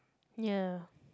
ya